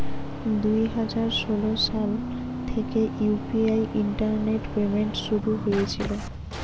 দুই হাজার ষোলো সাল থেকে ইউ.পি.আই ইন্টারনেট পেমেন্ট শুরু হয়েছিল